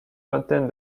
vingtaine